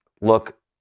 look